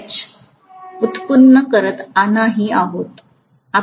professor पाहा आपण मुळीच व्युत्पन्न करत नाही आहोत